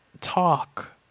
talk